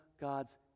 God's